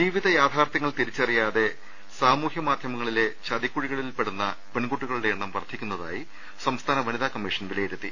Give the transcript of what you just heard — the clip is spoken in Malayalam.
ജീവിത യാഥാർത്ഥ്യങ്ങൾ തിരിച്ചറിയാതെ സാമൂഹൃ മാധൃമ ങ്ങളിലെ ചതിക്കുഴിയിൽപെടുന്ന പെൺകുട്ടികളുടെ എണ്ണം വർധി ക്കുന്നതായി സംസ്ഥാന വനിതാ കമ്മീഷൻ വിലയിരുത്തി